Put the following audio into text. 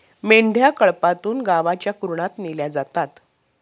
मेंढ्या कळपातून गावच्या कुरणात नेल्या जातात